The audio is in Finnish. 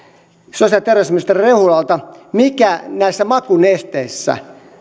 sosiaali ja terveysministeri rehulalta mikä näissä makunesteissä